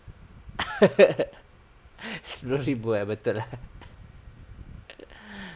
sepuluh ribu ah betul ah